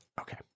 okay